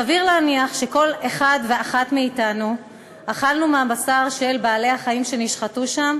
סביר להניח שכל אחד ואחת מאתנו אכלנו מהבשר של בעלי-החיים שנשחטו שם,